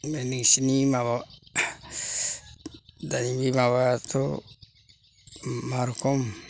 बे नोंसिनि माबा दानि बे माबायाथ' मा रोखोम